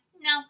no